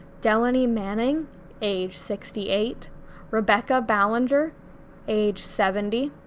delanie manning age sixty eight rebecca ballenger age seventy,